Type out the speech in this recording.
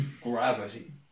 gravity